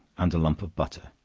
and a lump of butter